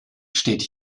steht